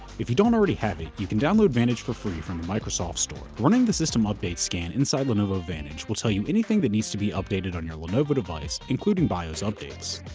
if you don't already have it, you can download vantage for free from the microsoft store. running the system update scan inside lenovo vantage will tell you anything that needs to be updated on your lenovo device, including bios updates.